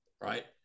right